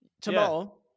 Tomorrow